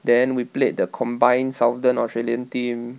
then we played the combined southern australian team